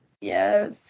Yes